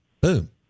boom